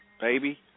baby